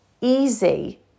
easy